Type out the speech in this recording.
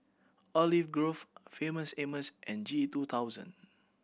Olive Grove Famous Amos and G two thousand